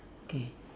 okay